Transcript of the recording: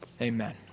Amen